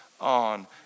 on